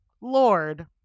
Lord